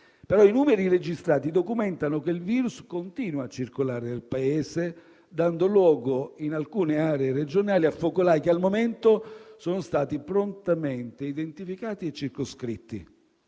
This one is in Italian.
-, i numeri registrati documentano che il virus continua a circolare nel Paese, dando luogo, in alcune aree regionali, a focolai che al momento sono stati prontamente identificati e circoscritti.